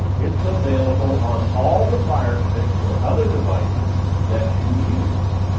it's available on all the fire sticks or other devices that you use.